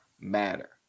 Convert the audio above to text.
matter